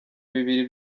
bibiri